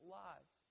lives